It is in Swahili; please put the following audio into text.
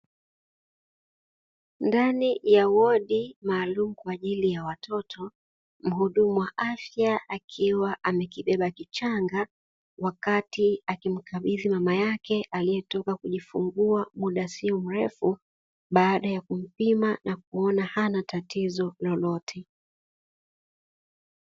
Ndani ya wodi maalumu kwa ajili ya watoto, mhudumu wa afya akiwa amekibeba kichanga, wakati akimkabidhi mama yake aliyetoka kujifungua muda si mrefu baada ya kumpima na kuona hana tatizo lolote.